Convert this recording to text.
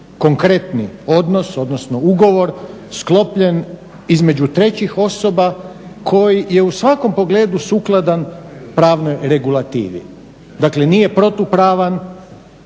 konkretni odnos, odnosno ugovor sklopljen između trećih osoba koji je u svakom pogledu sukladan pravnoj regulativi. Dakle, nije protupravan,